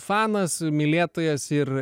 fanas mylėtojas ir